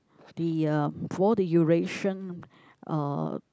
the uh for all the Eurasian uh